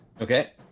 Okay